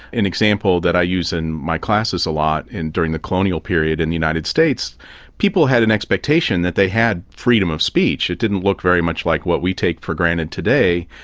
an example that i use in my classes a lot, during the colonial period in the united states people had an expectation that they had freedom of speech. it didn't look very much like what we take for granted today,